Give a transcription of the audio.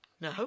No